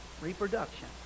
reproduction